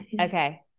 Okay